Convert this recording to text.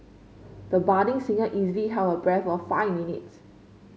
the budding singer easily held her breath for five minutes